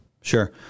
sure